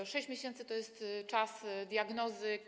Te 6 miesięcy to jest czas diagnozy.